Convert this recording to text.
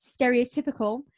stereotypical